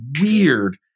weird